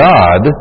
God